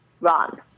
run